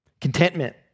Contentment